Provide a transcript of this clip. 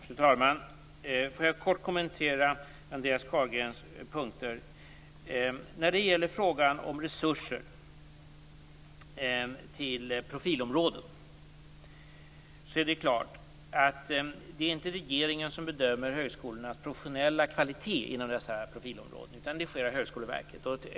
Fru talman! Låt mig kort kommentera Andreas När det gäller frågan om resurser till profilområden är det klart att det inte är regeringen som bedömer högskolornas professionella kvalitet inom dessa profilområden. Det gör Högskoleverket.